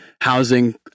housing